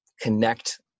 connect